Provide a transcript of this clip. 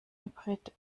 hybrid